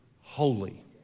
holy